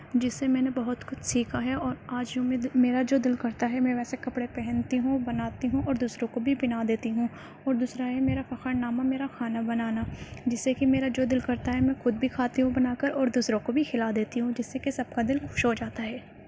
جس سے میں نے بہت کچھ سیکھا ہے اور آج جو میں میرا جو دل کرتا میں ویسے کپڑے پہنتی ہوں بناتی ہوں اور دوسروں کو بھی پہنا دیتی ہوں اور دوسرا ہے میرا فخرنامہ میرا کھانا بنانا جس سے کہ میرا جو دل کرتا ہے میں خود بھی کھاتی ہوں بنا کر اور دوسروں کو بھی کھلا دیتی ہوں جس سے کہ سب کا دل خوش ہو جاتا ہے